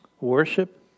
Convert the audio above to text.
worship